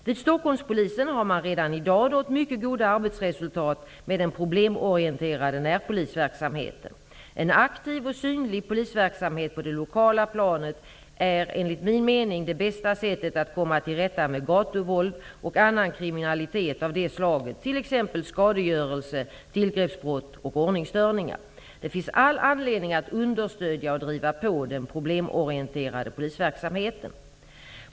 Vid Stockholmspolisen har man redan i dag nått mycket goda arbetsresultat med den problemorienterade närpolisverksamheten. En aktiv och synlig polisverksamhet på det lokala planet är enligt min mening det bästa sättet att komma till rätta med gatuvåld och annan kriminalitet av det slaget, t.ex. skadegörelse, tillgreppsbrott och ordningsstörningar. Det finns all anledning att understödja och driva på den problemorienterade polisverksamheten.